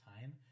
time